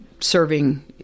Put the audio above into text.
serving